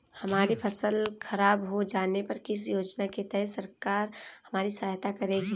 हमारी फसल खराब हो जाने पर किस योजना के तहत सरकार हमारी सहायता करेगी?